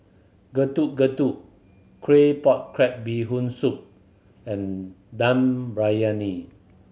Getuk Getuk crab Bee Hoon Soup and Dum Briyani